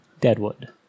Deadwood